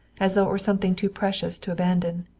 as though it were something too precious to abandon.